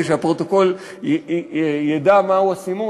שהפרוטוקול ידע מהו הסימון,